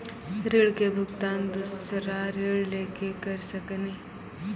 ऋण के भुगतान दूसरा ऋण लेके करऽ सकनी?